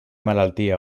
malaltia